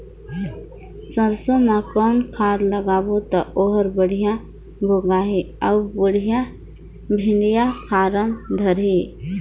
सरसो मा कौन खाद लगाबो ता ओहार बेडिया भोगही अउ बेडिया फारम धारही?